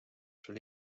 sul